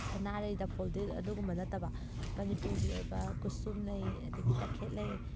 ꯁꯅꯥꯔꯩ ꯗꯐꯣꯗꯤꯜ ꯑꯗꯨꯒꯨꯝꯕ ꯅꯠꯇꯕ ꯃꯅꯤꯄꯨꯔꯒꯤ ꯑꯣꯏꯕ ꯀꯨꯁꯨꯝ ꯂꯩ ꯑꯗꯒꯤ ꯇꯈꯦꯠꯂꯩ